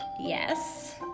yes